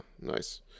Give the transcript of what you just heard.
nice